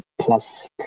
plus